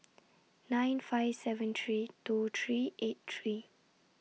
nine five seven three two three eight three